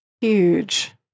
huge